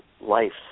life